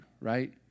right